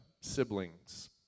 siblings